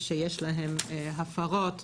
שיש להם הפרות,